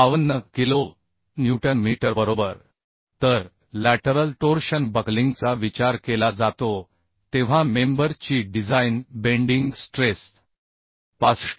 52 kilo newton metre बरोबर तर lateral torsion बकलिंगचा विचार केला जातो तेव्हा मेंबर ची डिझाइन बेंडिंग स्ट्रेस 65